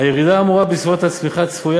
הירידה האמורה בשיעורי הצמיחה צפויה